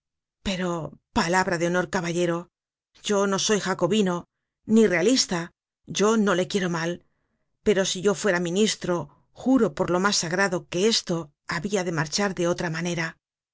pero palabra de honor caballero yo no soy jacobino ni realista yo no le quiero mal pero si yo fuera ministro juro por lo mas sagrado que esto habia de marchar de otra manera